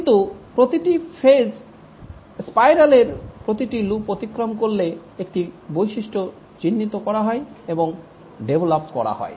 কিন্তু প্রতিটি phase spiral এর প্রতিটি লুপ অতিক্রম করলে একটি বৈশিষ্ট্য চিহ্নিত করা হয় এবং ডেভেলপ করা হয়